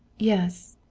yes.